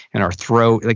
in our throat, like